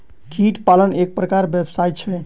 कीट पालन एक प्रकारक व्यवसाय छै